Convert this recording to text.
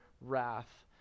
wrath